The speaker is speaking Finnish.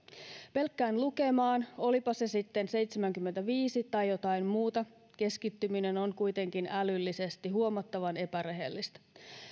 pelkkään lukemaan keskittyminen olipa se sitten seitsemänkymmentäviisi tai jotain muuta on kuitenkin älyllisesti huomattavan epärehellistä